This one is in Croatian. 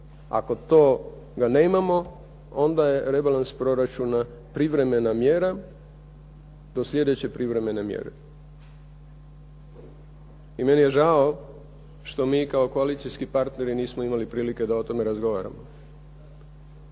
Ako toga nemamo onda je rebalans proračuna privremena mjera do slijedeće privremene mjere. I meni je žao što mi kao koalicijski partneri nismo imali prilike da o tome razgovaramo.